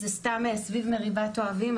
זה סתם סביב מריבת אוהבים,